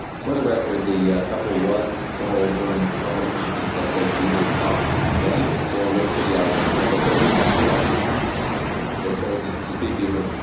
for the record, the couple was told during public comment that they could either talk then or wait for the item, but they couldn't talk twice and they chose us to speak ego.